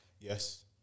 Yes